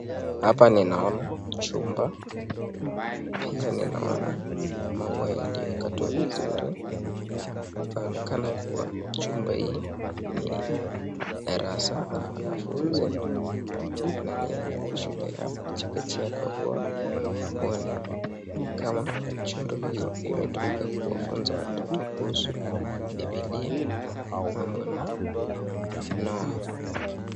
Hapa ninaona chumba. Pia ninaona maua yaliyokatwa vizuri. Inaonekana kuwa chumba hii ni darasa la wanafunzi na ni shule ya chekechea kwa kuwa huo ni kama mchoro hii imetumika kuwafunza watoto kuhusu Biblia mambo na Noah.